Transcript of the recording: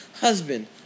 husband